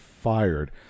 fired